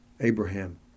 Abraham